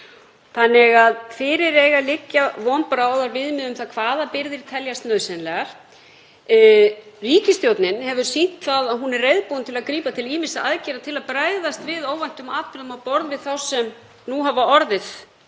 Von bráðar eiga því að liggja fyrir viðmið um það hvaða birgðir teljast nauðsynlegar. Ríkisstjórnin hefur sýnt að hún er reiðubúin til að grípa til ýmissa aðgerða til að bregðast við óvæntum atburðum á borð við þá sem nú hafa orðið